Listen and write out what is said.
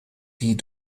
die